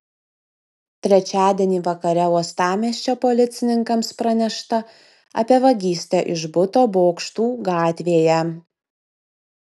trečiadienį vakare uostamiesčio policininkams pranešta apie vagystę iš buto bokštų gatvėje